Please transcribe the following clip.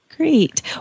Great